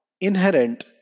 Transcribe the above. Inherent